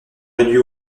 réduits